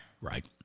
right